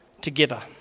together